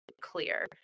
clear